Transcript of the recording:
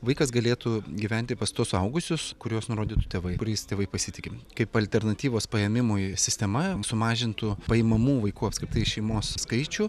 vaikas galėtų gyventi pas tuos suaugusius kurios nurodytų tėvai kuriais tėvai pasitiki kaip alternatyvos paėmimui sistema sumažintų paimamų vaikų apskritai iš šeimos skaičių